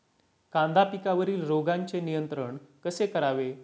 कांदा पिकावरील रोगांचे नियंत्रण कसे करावे?